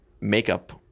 makeup